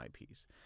ips